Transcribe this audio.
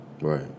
Right